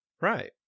Right